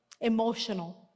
emotional